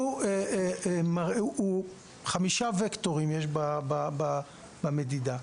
יש במדידה חמישה וקטורים: